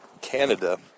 Canada